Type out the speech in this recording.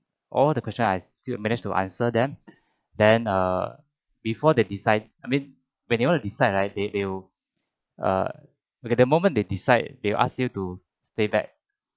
all the questions I still manage to answer them then err before they decide I mean when you want to decide right they will err at the moment they decide they will ask you to stay back